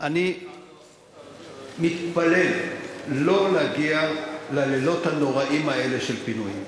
אני מתפלל לא להגיע ללילות הנוראיים האלה של פינויים,